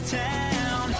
town